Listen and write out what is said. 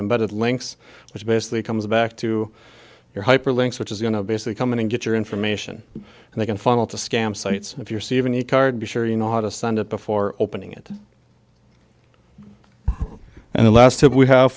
embedded links which basically comes back to your hyperlinks which is you know basically come in and get your information and they can funnel to scam sites if you're see even a card be sure you know how to send it before opening it and the last time we have